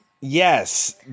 Yes